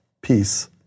peace